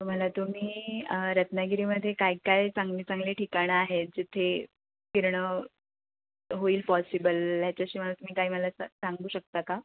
तर मला तुम्ही रत्नागिरीमध्ये काय काय चांगले चांगले ठिकाणं आहेत जिथे फिरणं होईल पॉसिबल ह्याच्याशी मग तुम्ही काय मला स सांगू शकता का